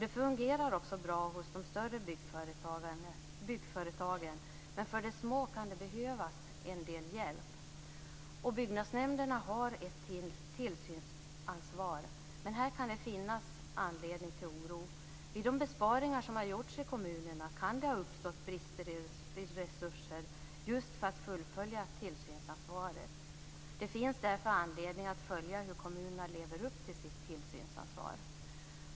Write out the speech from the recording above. Det fungerar också bra hos de större byggföretagen, men för de små kan det behövas en del hjälp. Byggnadsnämnderna har också ett tillsynsansvar, men här kan det finnas en anledning till oro. Vid de besparingar som gjorts i kommunerna kan det ha uppstått brister i resurser just för att fullfölja tillsynsansvaret. Det finns därför anledning att följa hur kommunerna lever upp till sitt tillsynsansvar.